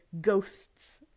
ghosts